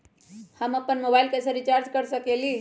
हम अपन मोबाइल कैसे रिचार्ज कर सकेली?